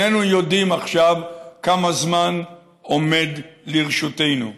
איננו יודעים עכשיו כמה זמן עומד לרשותנו.